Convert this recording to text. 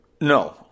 No